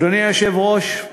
אדוני היושב-ראש,